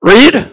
Read